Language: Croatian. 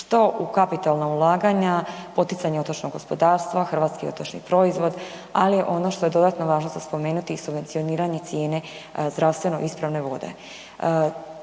što u kapitalna ulaganja, poticanja otočnog gospodarstva, hrvatski otočki proizvod, ali i ono što je dodatno važno za spomenuti subvencioniranje cijene zdravstveno ispravne vode.